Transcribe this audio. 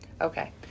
Okay